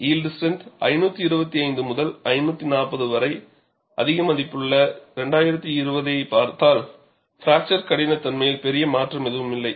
yield strength 525 முதல் 540 வரை அதிக மதிப்புள்ள 2020 ஐப் பார்த்தால் பிராக்சர் கடினத்தன்மையில் பெரிய மாற்றம் எதுவும் இல்லை